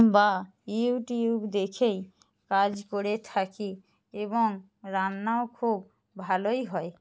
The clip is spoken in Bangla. বা ইউটিউব দেখেই কাজ করে থাকি এবং রান্নাও খুব ভালোই হয়